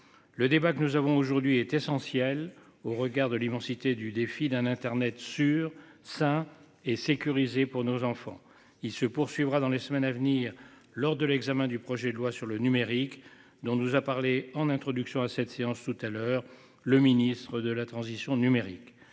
Le débat que nous avons aujourd'hui est essentielle. Au regard de l'immensité du défi d'un internet sûr sain et sécurisé pour nos enfants. Il se poursuivra dans les semaines à venir lors de l'examen du projet de loi sur le numérique dont nous a parlé en introduction à cette séance tout à l'heure le ministre de la transition numérique.